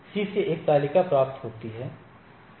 C से एक तालिका प्राप्त होती है